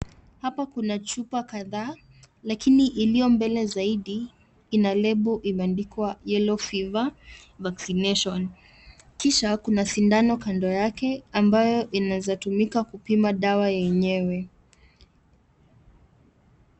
Hapa kuna chupa kadhaa, lakini iliyo mbele zaidi ina lebo imeandikwa yellow fever vaccination ,kisha kuna sindano kando yake ambayo inaeza tumika kupima dawa yenyewe.